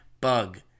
bug